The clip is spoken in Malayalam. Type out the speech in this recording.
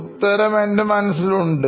ഉത്തരംഎൻറെ മനസ്സിൽ ഉണ്ട്